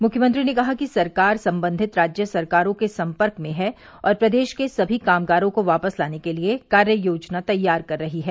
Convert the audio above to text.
मुख्यमंत्री ने कहा कि सरकार संबंधित राज्य सरकारों के संपर्क में है और प्रदेश के सभी कामगारों को वापस लाने के लिए कार्ययोजना तैयार कर रही है